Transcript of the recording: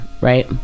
Right